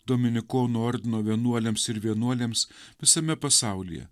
dominikonų ordino vienuoliams ir vienuolėms visame pasaulyje